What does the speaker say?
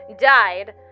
died